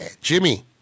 Jimmy